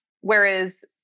Whereas